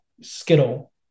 skittle